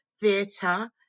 Theatre